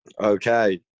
Okay